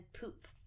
poop